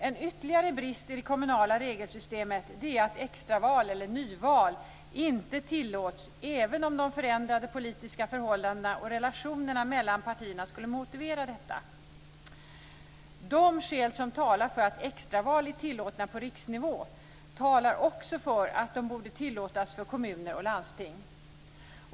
En ytterligare brist i det kommunala regelsystemet är att extraval, eller nyval, inte tillåts även om de förändrade politiska förhållandena och relationerna mellan partierna skulle motivera detta. De skäl som talar för att extraval är tillåtna på riksnivå talar också för att de borde tillåtas för kommuner och landsting.